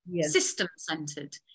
system-centered